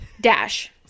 dash